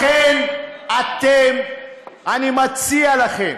לכן, אתם, אני מציע לכם